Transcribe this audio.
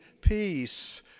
peace